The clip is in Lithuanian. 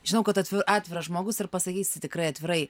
žinau kad atviras žmogus ir pasakysi tikrai atvirai